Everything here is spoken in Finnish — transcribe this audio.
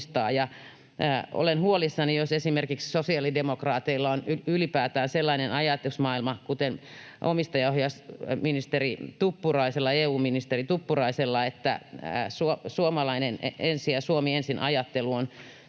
Olen huolissani, jos esimerkiksi sosiaalidemokraateilla on ylipäätään sellainen ajatusmaailma kuten omistajaohjausministeri Tuppuraisella, EU-ministeri Tuppuraisella,